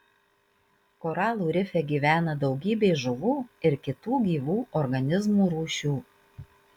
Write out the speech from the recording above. koralų rife gyvena daugybė žuvų ir kitų gyvų organizmų rūšių